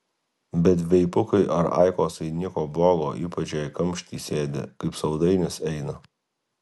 bet veipukai ar aikosai nieko blogo ypač jei kamšty sėdi kaip saldainis eina